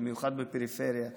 במיוחד בפריפריה.